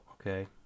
okay